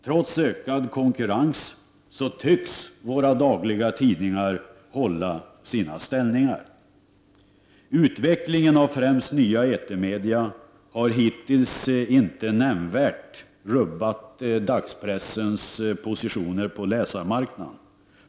Trots ökad konkurrens tycks våra dagliga tidningar hålla sina ställningar. Utvecklingen av främst nya etermedier har hittills inte nämnvärt rubbat dagspressens positioner på läsarmarknaden.